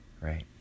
right